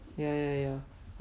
ya ya ya